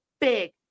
big